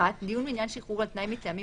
(1)דיון בעניין שחרור על-תנאי מטעמים